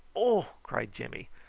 o! cried jimmy,